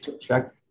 check